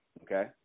Okay